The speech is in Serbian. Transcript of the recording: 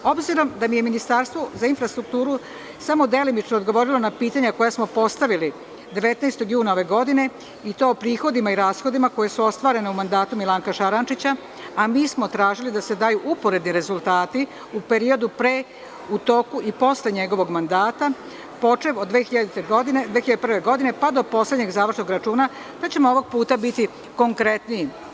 Obzirom da mi je Ministarstvo za infrastrukturu samo delimično odgovorilo na pitanja koja smo postavili 19. juna ove godine, i to o prihodima i rashodima koja su ostvarena u mandatu Milanka Šarančića, a tražili smo da se daju uporedni rezultati u periodu pre, toku i posle njegovog mandata, počev od 2001. godine, pa do poslednjeg završnog računa, pa ćemo ovog puta biti konkretniji.